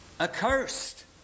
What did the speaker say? accursed